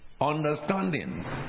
understanding